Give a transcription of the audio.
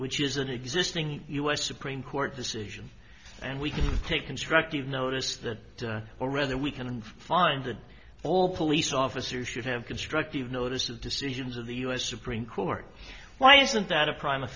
which is an existing us supreme court decision and we can take constructive notice that wherever we can find that all police officers should have constructive notice of decisions of the u s supreme court why isn't that a prim